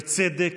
בצדק,